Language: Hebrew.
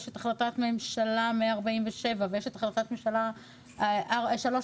החלטת ממשלה 147 ויש החלטת הממשלה 3431,